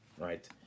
right